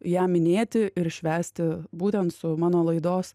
ją minėti ir švęsti būtent su mano laidos